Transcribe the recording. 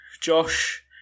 Josh